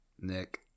Nick